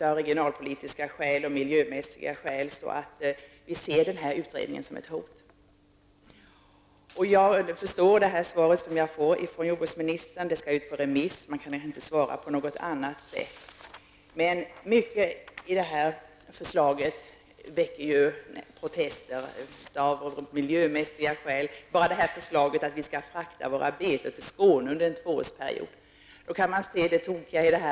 Av regionalpolitiska och miljömässiga skäl ser vi utredningen som ett hot. Jag förstår svaret från jordbruksministern. Utredningen skall ut på remiss, och man kan inte svara på något annat sätt. Mycket i förslaget väcker dock protester av miljömässiga skäl. Det gäller t.ex. förslaget om att vi skall frakta våra betor till Skåne under en tvåårsperiod. Man kan se det tokiga i detta.